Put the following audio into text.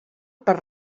per